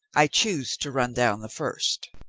i choose to run down the first.